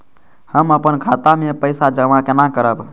हम अपन खाता मे पैसा जमा केना करब?